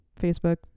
Facebook